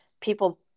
people